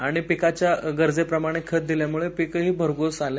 आणि पीकाच्या गरजेप्रमाणे खत दिल्यामुळे पीकही भरघोस आलं